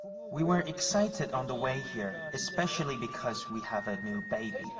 we were excited on the way here, especially because we have a new baby.